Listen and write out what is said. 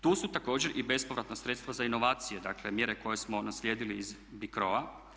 Tu su također i bespovratna sredstva za inovacije, dakle mjere koje smo naslijedili iz BICRO-a.